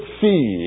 see